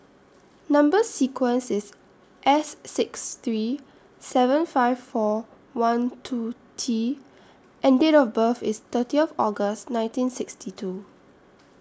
Number sequence IS S six three seven five four one two T and Date of birth IS thirtieth August nineteen sixty two